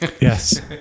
Yes